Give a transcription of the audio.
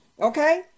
Okay